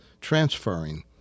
transferring